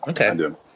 Okay